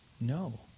no